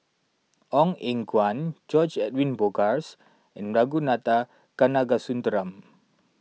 Ong Eng Guan George Edwin Bogaars and Ragunathar Kanagasuntheram